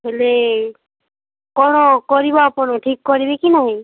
ହେଲେ କ'ଣ କରିବେ ଆପଣ ଠିକ କରିବେ କି ନାହିଁ